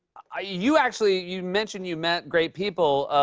ah you actually, you mention you met great people.